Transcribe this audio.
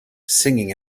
singing